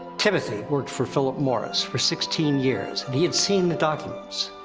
timothy worked for philip morris for sixteen years, and he had seen the documents.